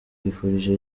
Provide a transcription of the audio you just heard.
twifurije